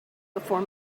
before